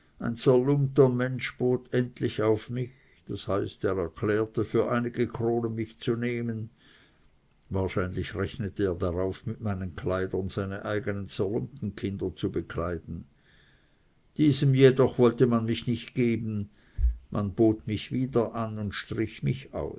mensch bot endlich auf mich das heißt er erklärte für einige kronen mich zu nehmen wahrscheinlich rechnete er darauf mit meinen kleidern seine eigenen zerlumpten kinder zu bekleiden diesem jedoch wollte man mich nicht geben man bot mich wieder an und strich mich